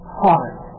heart